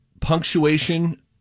punctuation